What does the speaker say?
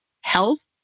health